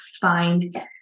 find